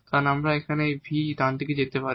কারণ এই v আমরা ডানদিকে যেতে পারি